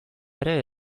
ere